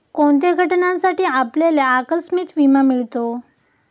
कोणत्या घटनांसाठी आपल्याला आकस्मिक विमा मिळतो?